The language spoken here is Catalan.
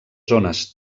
zones